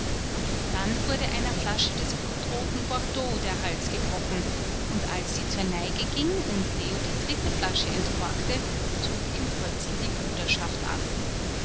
dann wurde einer flasche des blutroten bordeaux der hals gebrochen und als sie zur neige ging und leo die dritte flasche entkorkte trug ihm krötzl die bruderschaft an